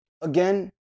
again